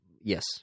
Yes